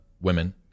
women